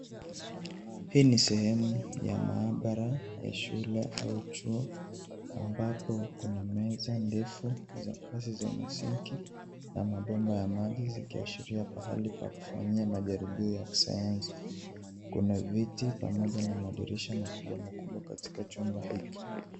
Hii ni sehemu ya maabara ya shule au chuo, ambapo kuna meza ndefu, za kazi za misingi, na mabomba ya maji, zikiashira mahali pa kufanyia majaribio ya kisayanis. Kuna viti, pamoja na madirisha makubwa makubwa katika chumba hiki.